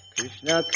Krishna